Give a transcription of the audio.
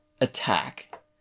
attack